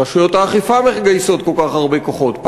רשויות האכיפה מגייסות כל כך הרבה כוחות,